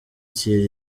thierry